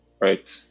right